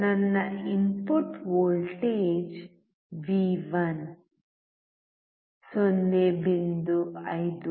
ನನ್ನ input voltage V1 0